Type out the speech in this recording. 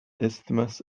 isthmus